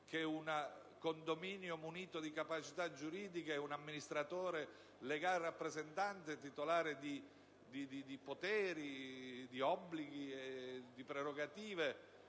che un condominio munito di capacità giuridica ed un amministratore legale rappresentante, titolare di poteri, di obblighi e di prerogative,